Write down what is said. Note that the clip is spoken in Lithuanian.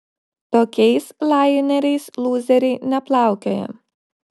tokiais laineriais lūzeriai neplaukioja